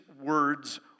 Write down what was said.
words